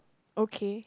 okay